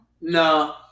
No